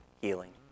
healing